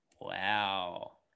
wow